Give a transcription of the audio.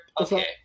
Okay